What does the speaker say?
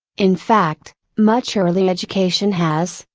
in fact, much early education has,